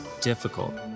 difficult